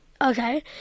Okay